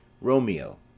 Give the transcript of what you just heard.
Romeo